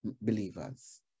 believers